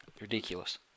Ridiculous